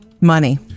Money